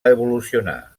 evolucionar